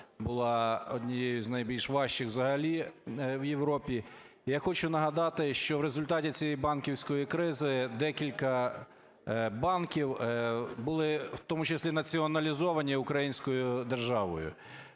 була однією з найбільш важчих взагалі в Європі. Я хочу нагадати, що в результаті цієї банківської кризи декілька банків були в тому числі націоналізовані українською державою.